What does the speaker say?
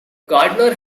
gardner